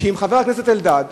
אם חבר הכנסת אלדד,